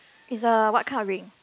it's a what kind of ring